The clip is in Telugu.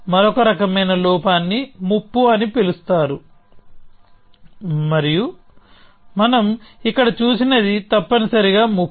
మరొక రకమైన లోపాన్ని ముప్పు అని పిలుస్తారు మరియు మనం ఇక్కడ చూసినది తప్పనిసరిగా ముప్పు